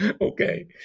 Okay